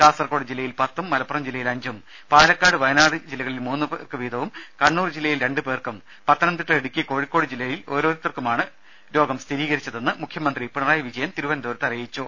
കാസർഗോഡ് ജില്ലയിൽ പത്തും മലപ്പുറം ജില്ലയിൽ അഞ്ചും പാലക്കാട് വയനാട് ജില്ലകളിൽ മൂന്നു പേർക്ക് വീതവും കണ്ണൂർ ജില്ലയിൽ രണ്ടു പേർക്കും പത്തനംതിട്ട ഇടുക്കി കോഴിക്കോട് ജില്ലകളിൽ ഓരോരുത്തർക്ക് വീതവുമാണ് രോഗം സ്ഥിരീകരിച്ചതെന്ന് മുഖ്യമന്ത്രി പിണറായി വിജയൻ തിരുവനന്തപുരത്ത് അറിയിച്ചു